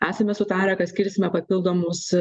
esame sutarę kad skirsime papildomus